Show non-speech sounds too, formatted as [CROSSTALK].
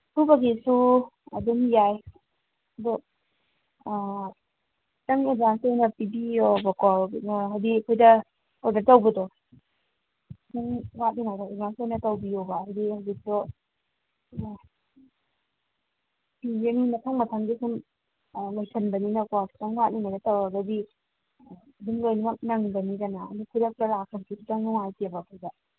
ꯁꯨꯕꯒꯤꯁꯨ ꯑꯗꯨꯝ ꯌꯥꯏ ꯑꯗꯣ ꯈꯤꯇꯪ ꯑꯦꯗꯚꯥꯟꯁ ꯑꯣꯏꯅ ꯄꯤꯕꯤꯌꯣꯕꯀꯣ ꯍꯥꯏꯗꯤ ꯑꯩꯈꯣꯏꯗ ꯑꯣꯔꯗꯔ ꯇꯧꯕꯗꯣ ꯁꯨꯝ ꯋꯥꯠꯂꯤꯉꯥꯏꯗ ꯑꯦꯗꯚꯥꯟꯁ ꯑꯣꯏꯅ ꯇꯧꯕꯤꯌꯣꯕ ꯍꯥꯏꯗꯤ ꯍꯧꯖꯤꯛꯇꯣ ꯑ ꯐꯤꯁꯦ [UNINTELLIGIBLE] ꯃꯊꯪ ꯃꯊꯪꯁꯦ ꯁꯨꯝ ꯂꯣꯏꯁꯟꯕꯅꯤꯅꯀꯣ ꯈꯤꯇꯪ ꯋꯥꯠꯂꯤꯉꯩꯗ ꯇꯧꯔꯒꯗꯤ ꯑꯗꯨꯝ ꯂꯣꯏꯃꯛ ꯅꯪꯒꯅꯤꯗꯅ ꯑꯗꯨ ꯈꯨꯗꯛꯇ ꯂꯥꯛꯄꯗꯨꯗꯤ ꯈꯤꯇꯪ ꯅꯨꯡꯉꯥꯏꯇꯦꯕ ꯑꯩꯈꯣꯏꯗ